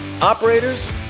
operators